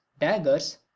daggers